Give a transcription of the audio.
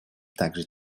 также